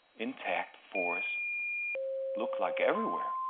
intact forest looked like everywhere